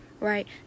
right